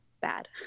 bad